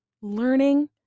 learning